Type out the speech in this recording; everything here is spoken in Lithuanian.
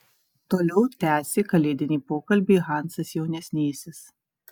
toliau tęsė kalėdinį pokalbį hansas jaunesnysis